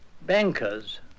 bankers